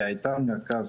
היא הייתה מרכז